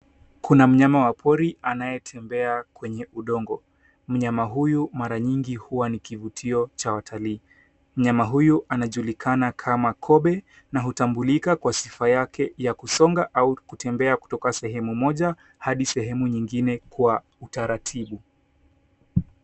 Kuna mnyama wa pori anayetembea kenye udongo. Mnyama huyu mara nyingi huwa nikivutio cha watalii. Mnyama huyo anajulikana kama kobe na hutambulika kwa sifa yake ya kusonga au kutembea kutoka sehemu moja hadi sehemu nyingine kwa utaratibu.